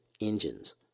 engines